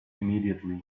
immediately